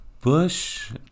Bush